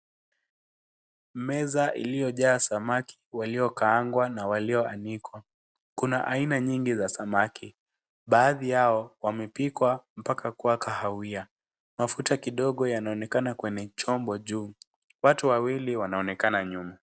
Meza iliyojaa samaki waliokaangwa na walioanikwa. Kuna aina nyingi za samaki baadhi yao wamepikwa mbaka kuwa kahawia. Mafuta kidogo yanaonekana kwenye chombo juu. Watu wawili wanaonekana nyuma.